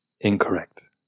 incorrect